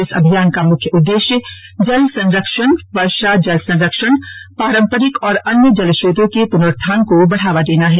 इस अभियान का मुख्य उद्देश्य जल संरक्षण वर्षा जल संरक्षण परम्परिक और अन्य जल स्त्रोंतों के पुर्नोत्थान को बढ़ावा देना है